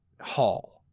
hall